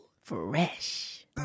Fresh